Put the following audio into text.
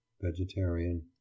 vegetarian